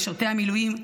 משרתי המילואים,